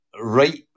right